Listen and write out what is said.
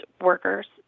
workers